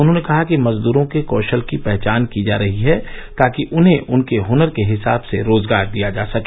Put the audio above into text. उन्होंने कहा कि मजदूरों के कौशल की पहचान की जा रही है ताकि उन्हें उनके हुनर के हिसाब से रोजगार दिया जा सके